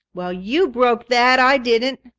well, you broke that, i didn't.